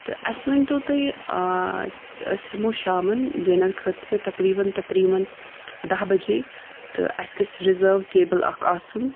تہٕ اسہِ ؤنۍ تو تُہۍ ٲں أسۍ یمو شامَن ڈِنر خٲطرٕ تقریٖبًا تقریٖبًا دَہ بَجے تہٕ اسہِ گژھہِ رِزٔرٕو ٹیبٕل اَکھ آسُن